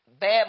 bad